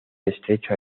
estrecho